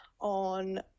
on